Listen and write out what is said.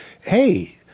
Hey